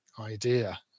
idea